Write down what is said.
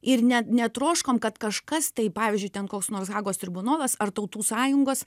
ir ne netroškom kad kažkas tai pavyzdžiui ten koks nors hagos tribunolas ar tautų sąjungos